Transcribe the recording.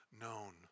known